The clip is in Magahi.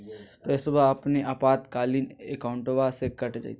पैस्वा अपने आपातकालीन अकाउंटबा से कट जयते?